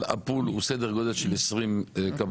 אבל הפול הוא בסדר גודל של 20 קבלנים,